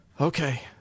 Okay